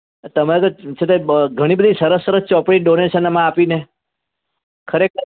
તમે તો છે તે ઘણી બધી સરસ સરસ ચોપડી ડોનેશનમાં આપીને ખરે